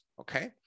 okay